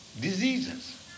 diseases